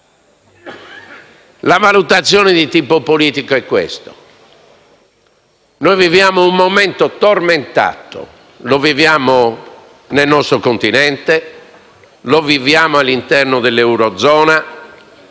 La valutazione di tipo politico è la seguente. Noi viviamo un momento tormentato, lo viviamo nel nostro continente, lo viviamo all'interno dell'eurozona,